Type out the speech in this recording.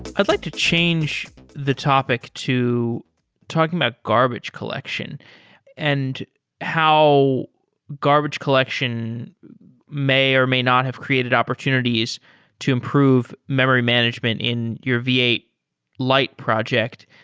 i'd like to change the topic to talking about garbage collection and how garbage collection may or may not have created opportunities to improve memory management in your v eight lite project.